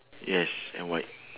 yes and white